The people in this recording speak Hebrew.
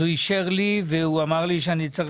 אז הוא אישר לי והוא אמר לי שאני צריך